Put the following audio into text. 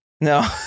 No